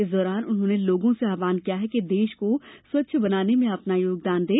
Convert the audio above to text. इस दौरान उन्होंने लोगों से आह्वान किया कि देश को स्वच्छ बनाने में अपना योगदान दें